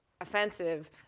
offensive